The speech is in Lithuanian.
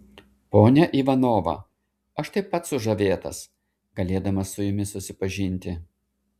ponia ivanova aš taip pat sužavėtas galėdamas su jumis susipažinti